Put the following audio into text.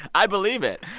i believe it.